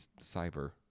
cyber